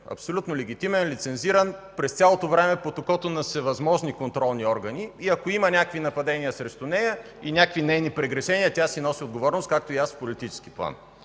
абсолютно легитимен, лицензиран, през цялото време под окото на всевъзможни контролни органи. Ако има някакви нападения срещу нея и някакви нейни прегрешения, тя си носи отговорност, както и аз в политически план.